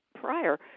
prior